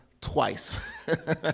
twice